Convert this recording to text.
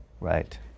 Right